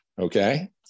Okay